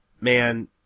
man